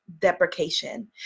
deprecation